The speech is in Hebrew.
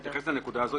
אני אתייחס לנקודה הזו,